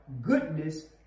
Goodness